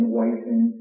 waiting